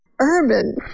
urban